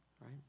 right